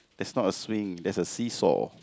there's much of swing there is a see-saw